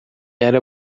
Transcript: era